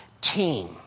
team